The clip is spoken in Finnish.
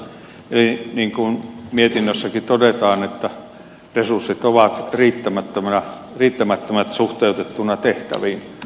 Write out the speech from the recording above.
niin kuin mietinnössäkin todetaan resurssit ovat riittämättömät suhteutettuna tehtäviin